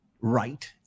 right